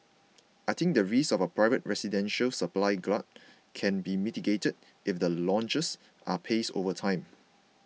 I think the risk of a private residential supply glut can be mitigated if the launches are paced over time